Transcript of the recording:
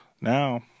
Now